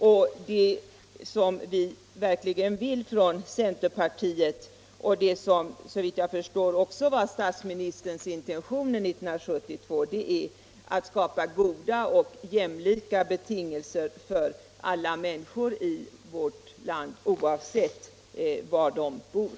Vad vi verkligen vill från centerpartiet är att skapa goda och jämlika betingelser för alla människor i vårt land, oavsett var de bor.